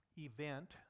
event